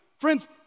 Friends